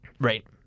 right